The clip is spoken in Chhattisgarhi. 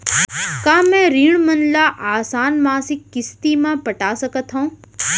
का मैं ऋण मन ल आसान मासिक किस्ती म पटा सकत हो?